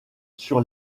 sur